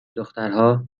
دخترها